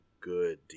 good